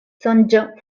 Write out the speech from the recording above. sonĝo